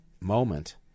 moment